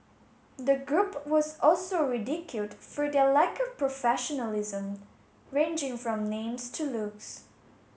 the group was also ridiculed for their lack of professionalism ranging from names to looks